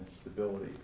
stability